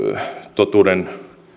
totuuden